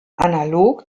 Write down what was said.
analog